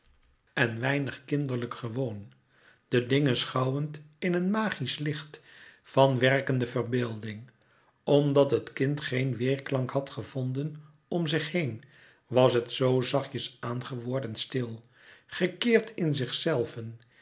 en weinig kinderlijk gewoon de dingen schouwend in een magisch licht van werkende verbeelding omdat het kind geen weêrklank had gevonden om zich heen was het zoo zachtjes aan geworden stil gekeerd in zichzelven